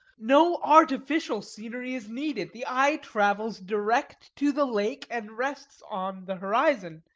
no artificial scenery is needed. the eye travels direct to the lake, and rests on the horizon.